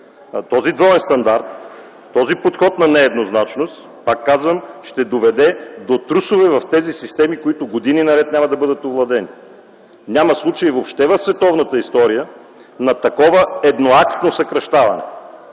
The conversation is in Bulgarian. този двоен стандарт, този подход на нееднозначност, ще доведе до трусове в тези системи, които години наред няма да бъдат овладени. Няма случай въобще в световната история на такова едноактно съкращаване.